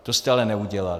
To jste ale neudělali.